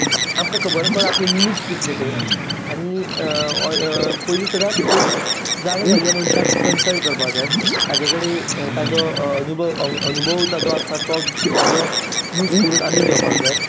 आमकां खबर आसपाक जाय आपले लिमिट्स कितले ते आनी पयली सदांच एक जाणा जाल्ल्या मनशाक कनसल्ट करपाक जाय ताचे कडेन ताचो अनुभव आसा तो ताचो यूज करून आमी घेवपाक जाय